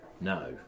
no